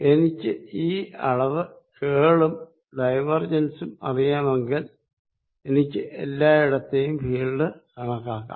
എനിക്ക് ഈ അളവ് കേൾ ഉം ഡൈവർജൻസ് ഉം അറിയാമെങ്കിൽ എനിക്ക് എല്ലായിടത്തെയും ഫീൽഡ് കണക്കാക്കാം